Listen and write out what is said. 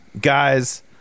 guys